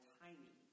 tiny